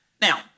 Now